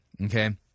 okay